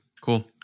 Cool